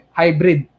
hybrid